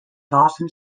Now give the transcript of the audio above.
dawson